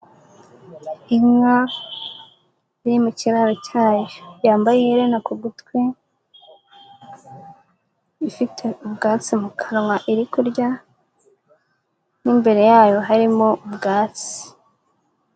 Inka, iri mu kiraro cyayo, yambaye iherena ku gutwi, ifite ubwatsi mu kanwa iri kurya, n'imbere yayo harimo ubwatsi.